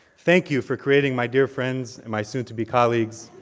thank you. for creating my dear friends, and my soon to be colleagues,